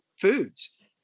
foods